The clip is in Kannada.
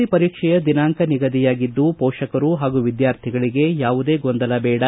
ಸಿ ಪರೀಕ್ಷೆಯ ದಿನಾಂಕ ನಿಗದಿಯಾಗಿದ್ದು ಪೋಷಕರು ಪಾಗೂ ವಿದ್ಕಾರ್ಥಿಗಳಿಗೆ ಯಾವುದೇ ಗೊಂದಲ ಬೇಡ